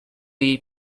jej